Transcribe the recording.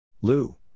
Lou